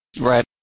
right